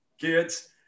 kids